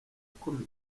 ikomeza